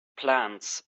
plants